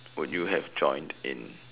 would you have joined in